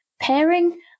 pairing